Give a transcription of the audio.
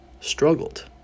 struggled